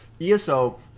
ESO